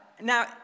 Now